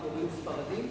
יש גם הורים ספרדים?